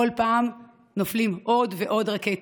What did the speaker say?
כל פעם נופלות עוד ועוד רקטות.